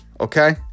okay